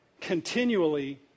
continually